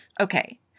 Okay